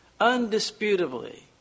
undisputably